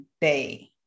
day